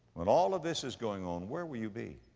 when all of this is going on, where will you be?